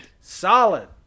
solid